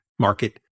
market